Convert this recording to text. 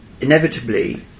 inevitably